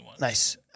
Nice